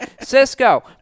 Cisco